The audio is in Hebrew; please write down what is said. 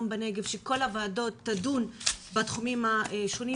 בנגב שכל הוועדות ידונו בתחומים השונים,